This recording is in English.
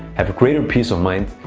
have greater peace of mind,